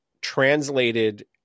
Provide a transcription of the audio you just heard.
translated